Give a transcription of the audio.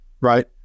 right